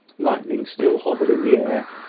lightning still hovered in the air,